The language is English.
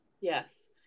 Yes